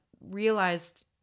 realized